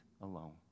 alone